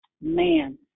man